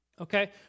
okay